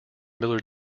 miller